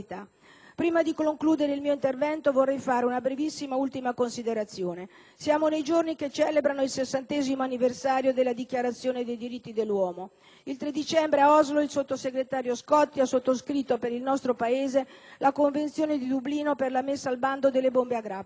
Prima di concludere il mio intervento vorrei fare un'ultima brevissima considerazione. Siamo nei giorni che celebrano il 60° anniversario della Dichiarazione dei diritti dell'uomo. Il 3 dicembre, ad Oslo, il sottosegretario Scotti ha sottoscritto per il nostro Paese la Convenzione di Dublino per la messa al bando delle bombe a grappolo.